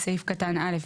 בסעיף קטן (א),